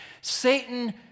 Satan